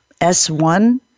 S1